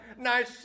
Nice